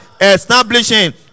establishing